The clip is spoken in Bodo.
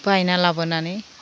बायना लाबोनानै